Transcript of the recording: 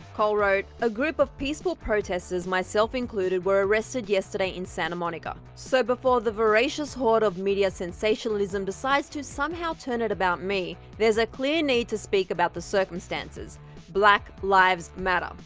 cole wrote quote, a group of peaceful protesters, myself included, were arrested yesterday in santa monica. so before the voracious horde of media sensationalism decides to somehow turn it about me, there's a clear need to speak about the circumstances black lives matter.